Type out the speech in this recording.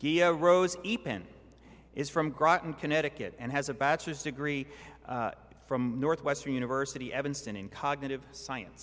a rose is from groton connecticut and has a bachelor's degree from northwestern university evanston in cognitive science